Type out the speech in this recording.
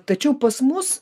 tačiau pas mus